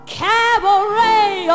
cabaret